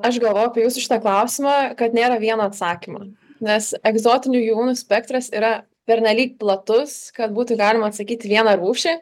aš galvojau apie jūsų šitą klausimą kad nėra vieno atsakymo nes egzotinių gyvūnų spektras yra pernelyg platus kad būtų galima atsakyti į vieną rūšį